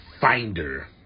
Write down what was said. finder